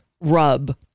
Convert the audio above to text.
rub